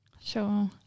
Sure